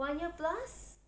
one year plus